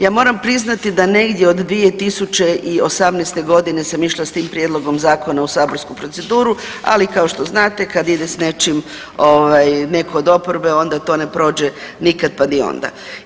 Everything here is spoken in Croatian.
Ja moram priznati da negdje od 2018. godine sam išla s tim prijedlogom zakona u saborsku proceduru, ali kao što znate kad ide s nečim ovaj neko od oporbe onda to ne prođe nikad pa ni onda.